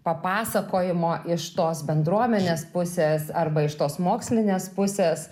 papasakojimo iš tos bendruomenės pusės arba iš tos mokslinės pusės